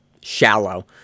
shallow